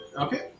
Okay